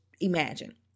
imagine